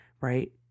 right